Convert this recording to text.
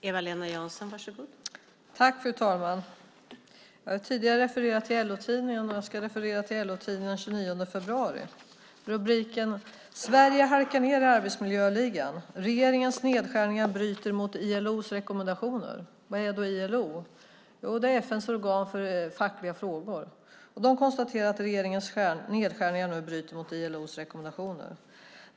Fru talman! Jag har tidigare refererat till LO-tidningen, och nu ska jag referera till LO-tidningen den 29 februari. Där fanns en artikel som handlade om att Sverige halkar ned i arbetsmiljöligan och att regeringens nedskärningar bryter mot ILO:s rekommendationer. Vad är ILO? Jo, det är FN:s organ för fackliga frågor. ILO konstaterar att regeringens nedskärningar bryter mot ILO:s rekommendationer.